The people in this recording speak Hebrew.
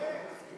כן.